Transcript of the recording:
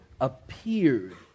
appeared